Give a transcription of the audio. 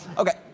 okay,